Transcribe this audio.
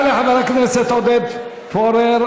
תודה לחבר הכנסת עודד פורר.